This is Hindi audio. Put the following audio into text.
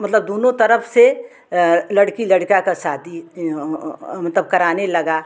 मतलब दूनो तरफ से लड़की लड़का का शादी मतलब कराने लगा